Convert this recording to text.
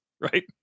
Right